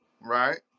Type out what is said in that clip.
right